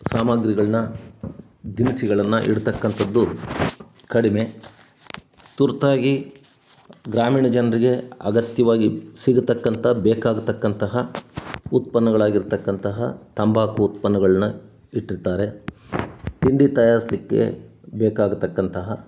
ಸಾಮಗ್ರಿಗಳನ್ನ ದಿನಸಿಗಳನ್ನ ಇಡತಕ್ಕಂಥದ್ದು ಕಡಿಮೆ ತುರ್ತಾಗಿ ಗ್ರಾಮೀಣ ಜನರಿಗೆ ಅಗತ್ಯವಾಗಿ ಸಿಗತಕ್ಕಂಥ ಬೇಕಾಗತಕ್ಕಂತಹ ಉತ್ಪನ್ನಗಳಾಗಿರತಕ್ಕಂತಹ ತಂಬಾಕು ಉತ್ಪನ್ನಗಳನ್ನ ಇಟ್ಟಿರ್ತಾರೆ ತಿಂಡಿ ತಯಾರಿಸ್ಲಿಕ್ಕೆ ಬೇಕಾಗತಕ್ಕಂತಹ